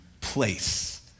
place